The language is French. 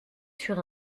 sur